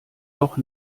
doch